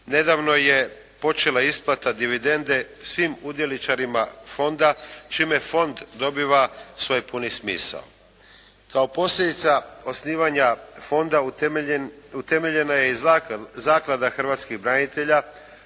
Nedavno je počela isplata dividende svim udjeličarima Fonda čime Fond dobiva svoj puni smisao. Kao posljedica osnivanja Fonda utemeljena je i Zaklada hrvatskih branitelja